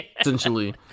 essentially